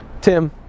Tim